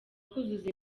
kuzuza